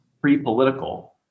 pre-political